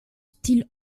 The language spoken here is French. style